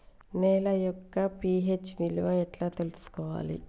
నేల యొక్క పి.హెచ్ విలువ ఎట్లా తెలుసుకోవాలి?